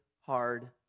hard